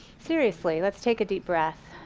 seriously let's take a deep breath.